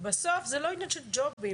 בסוף זה לא עניין של ג'ובים,